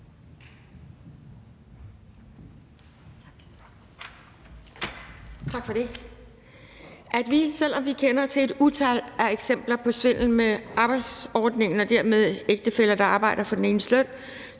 Tak for det.